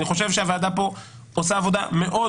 אני חושב שהוועדה פה עושה פה עבודה מאוד